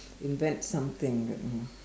invent something